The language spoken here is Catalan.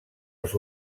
els